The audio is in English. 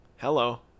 hello